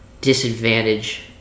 disadvantage-